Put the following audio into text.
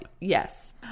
Yes